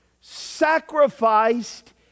sacrificed